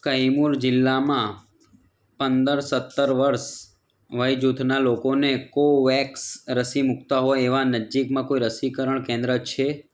કૈમૂર જિલ્લામાં પંદર સત્તર વર્ષ વયજૂથનાં લોકોને કોવોવેક્સ રસી મૂકતાં હોય એવાં નજીકમાં કોઈ રસીકરણ કેન્દ્ર છે